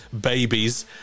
babies